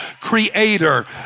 creator